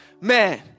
man